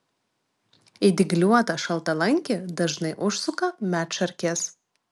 į dygliuotą šaltalankį dažnai užsuka medšarkės